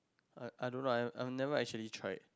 I I don't know I I never actually try it